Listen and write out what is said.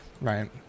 right